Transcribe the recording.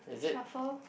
shuffle